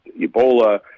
Ebola